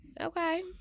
Okay